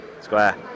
square